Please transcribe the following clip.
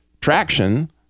traction